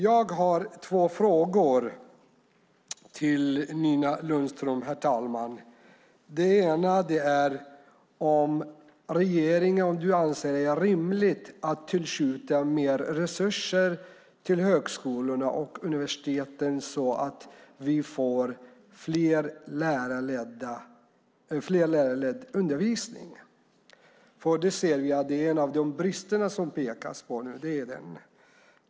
Jag har två frågor till Nina Lundström. Den ena är om regeringen och du anser att det är rimligt att tillskjuta mer resurser till högskolorna och universiteten så att vi får mer lärarledd undervisning. En av de brister som nu pekas på gäller just detta.